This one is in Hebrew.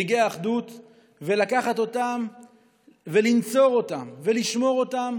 רגעי אחדות, לקחת אותם ולנצור אותם ולשמור אותם,